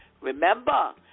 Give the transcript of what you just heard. Remember